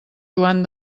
joan